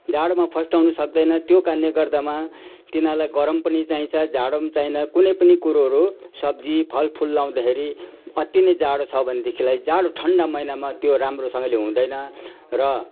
जाडोमा फस्टाउनु सक्दैन त्यो कारणले गर्दामा तिनीहरूलाई गरम पनि चाहिन्छ जाडो पनि चाहिँदा कुनै पनि कुरोहरू सब्जी फल फुल लगाउँदाखेरि अति नै जाडो छ भनेदेखिलाई जाडो ठन्डा महिनामा त्यो राम्रोसँगले हुँदैन र